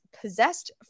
Possessed